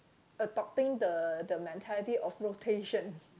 adopting the the mentality of rotation